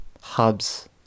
hubs